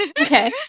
Okay